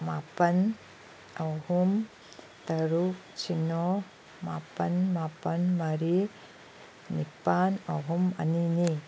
ꯃꯥꯄꯜ ꯑꯍꯨꯝ ꯇꯔꯨꯛ ꯁꯤꯅꯣ ꯃꯥꯄꯜ ꯃꯥꯄꯜ ꯃꯔꯤ ꯅꯤꯄꯥꯜ ꯑꯍꯨꯝ ꯑꯅꯤꯅꯤ